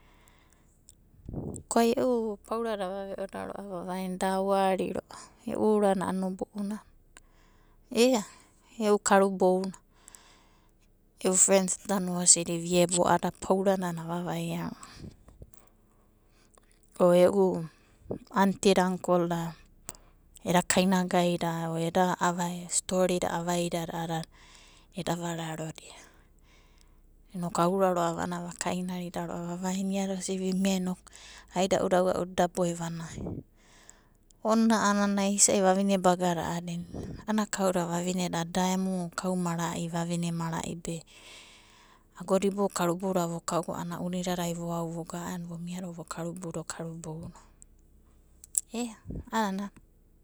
Ko ani e'u paurada ava ve'o ro'ava vavaina a wari ro'ava e'u urana a'ana nobo'ona. Ea e'u karubou na e'u frensda osidi viebo a'ada uranana avavaia ro'ava o 'eu antida ankolda eda kainagaida eda avia storida avaidada vaidada a'adada eda vararo dia inoku auea ro'ava a'ana vakainarida ro'a vavaina iada osi vimia inoku aida'uda aua'uda eda boe vanai ona a'anana isa'i vavaine bagada a'adina a'ana kauda vavineda da emu kau mara'i vavaine mara'i be agoda iboudadai karubou vokau a'ana unidadai voau voga a'aen vakarubou da karuboudo. Ea a'anana no.